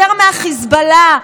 יותר מהחיזבאללה.